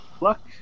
luck